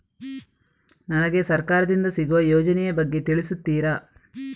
ನನಗೆ ಸರ್ಕಾರ ದಿಂದ ಸಿಗುವ ಯೋಜನೆ ಯ ಬಗ್ಗೆ ತಿಳಿಸುತ್ತೀರಾ?